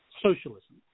socialism